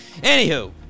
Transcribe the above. Anywho